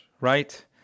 right